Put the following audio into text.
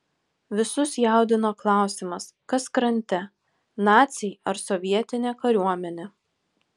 visus jaudino klausimas kas krante naciai ar sovietinė kariuomenė